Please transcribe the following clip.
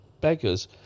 beggars